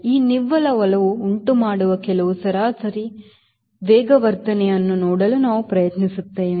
ಈ ನಿವ್ವಳ ಬಲವು ಉಂಟುಮಾಡುವ ಕೆಲವು ಸರಾಸರಿ ವೇಗವರ್ಧನೆಯನ್ನು ನೋಡಲು ನಾವು ಪ್ರಯತ್ನಿಸುತ್ತೇವೆ